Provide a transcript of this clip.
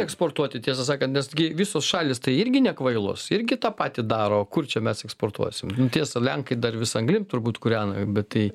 eksportuoti tiesą sakant nesgi visos šalys tai irgi nekvailos irgi tą patį daro kur čia mes eksportuosim nu tiesa lenkai dar vis anglim turbūt kūrena bet tai